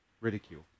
Ridicule